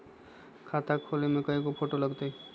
खाता खोले में कइगो फ़ोटो लगतै?